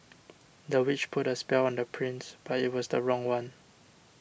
the witch put a spell on the prince but it was the wrong one